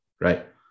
right